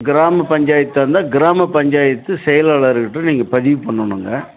கிராம பஞ்சாயத்தாக இருந்தால் கிராம பஞ்சாயத்து செயலாளருக்கிட்டே நீங்கள் பதிவு பண்ணணுங்க